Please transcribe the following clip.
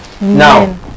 Now